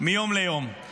מיום ליום.